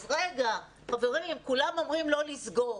אז רגע, חברים, כולם אומרים לא לסגור.